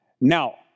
Now